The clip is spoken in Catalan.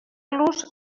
los